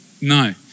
No